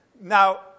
Now